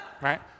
Right